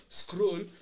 scroll